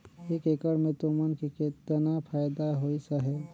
एक एकड़ मे तुमन के केतना फायदा होइस अहे